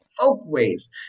folkways